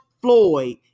Floyd